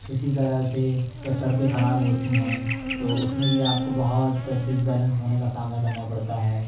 اسی طرح سے جب سڑکیں خراب ہوتی ہیں تو اس میں بھی آپ کو بہت ام بیلینس ہونے کا سامنا کرنا پڑتا ہے